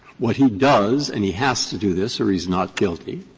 what he does, and he has to do this or he's not guilty,